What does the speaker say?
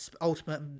ultimate